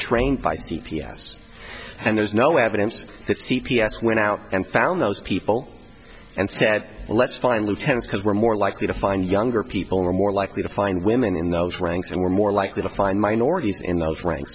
trained by c p s and there's no evidence that c p s went out and found those people and said let's finally tennis because we're more likely to find younger people are more likely to find women in those ranks and we're more likely to find minorities in those ranks